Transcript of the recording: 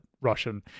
russian